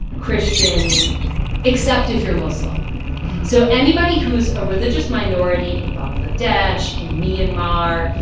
christians except if you're muslim so anybody who's a religious minority in bangladesh, in myanmar,